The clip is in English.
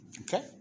Okay